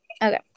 Okay